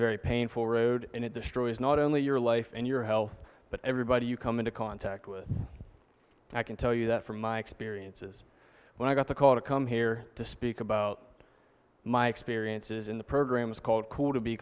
very painful road and it destroys not only your life and your health but everybody you come into contact with i can tell you that from my experiences when i got the call to come here to speak about my experiences in the program is called cool to be